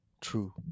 True